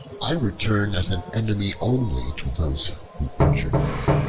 i return as an enemy only to those who injured me.